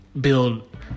build